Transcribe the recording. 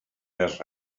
nas